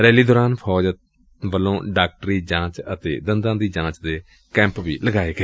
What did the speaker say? rally ਦੌਰਾਨ ਫੌਜ ਵੱਲੋਂ ਡਾਕਟਰੀ ਜਾਂਚ ਅਤੇ ਦੰਦਾਂ ਦੀ ਜਾਂਚ ਦਾ ਕੈਂਪ ਵੀ ਲਗਾਇਆ ਗਿਆ